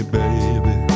baby